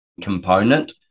component